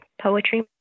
poetry